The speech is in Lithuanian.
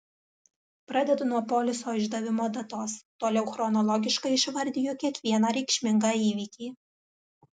pradedu nuo poliso išdavimo datos toliau chronologiškai išvardiju kiekvieną reikšmingą įvykį